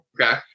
Okay